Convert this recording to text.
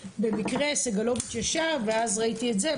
במקרה סגלוביץ' ישב ואז ראיתי את זה,